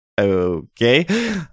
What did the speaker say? okay